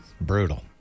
brutal